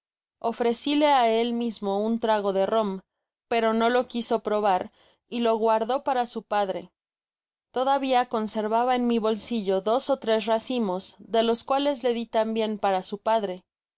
ofrecile á él mismo un trago de rom pero no lo quiso probar y lo guardó para su padre todavia conservaba en mi bolsillo dos ó tres racimos de los cuales le di tambien para su padre